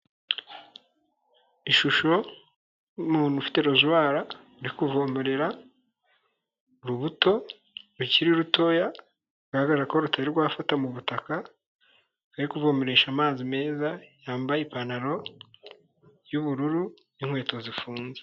Ishusho y'umuntu ufite rozwara uri kuvomerera urubuto rukiri rutoya. Rugaragara ko rutari rwafata mu butaka. Ari kuvomeresha amazi meza, yambaye ipantaro y'ubururu n'inkweto zifunze.